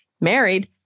married